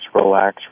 relax